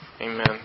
Amen